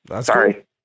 sorry